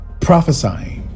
prophesying